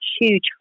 huge